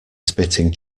spitting